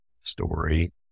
story